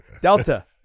Delta